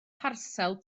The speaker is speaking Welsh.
parsel